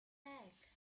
back